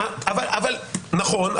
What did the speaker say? נכון,